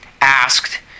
asked